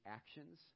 actions